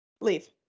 Leave